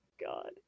God